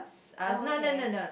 uh no no no no